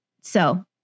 So-